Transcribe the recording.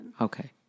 Okay